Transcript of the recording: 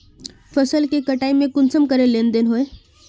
फसल के कटाई में कुंसम करे लेन देन होए?